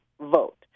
vote